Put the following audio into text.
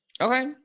Okay